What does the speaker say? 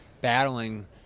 battling